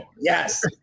Yes